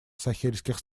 сахельских